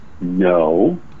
No